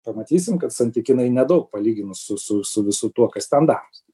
pamatysim kad santykinai nedaug palyginus su su su visu tuo kas ten daros